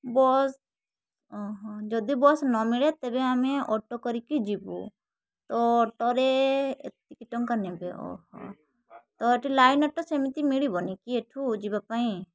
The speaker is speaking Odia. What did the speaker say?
ବସ୍ ଓହୋ ଯଦି ବସ୍ ନ ମିଳେ ତେବେ ଆମେ ଅଟୋ କରିକି ଯିବୁ ତ ଅଟୋରେ ଏତିକି ଟଙ୍କା ନେବେ ଓହୋ ତ ଏଇଠି ଲାଇନ୍ ଅଟୋ ସେମିତି ମିଳିବନି କି ଏଇଠୁ ଯିବା ପାଇଁ